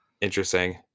Interesting